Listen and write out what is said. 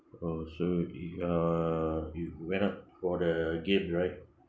oh so you uh you went out for the game right